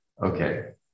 Okay